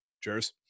Cheers